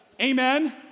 Amen